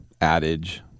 adage